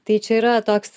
tai čia yra toks